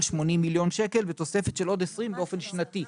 80 מיליון שקל ותוספת של עוד 20 באופן שנתי.